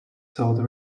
sold